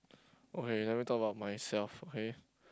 okay let me talk about myself okay